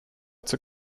zur